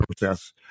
process